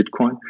Bitcoin